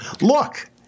Look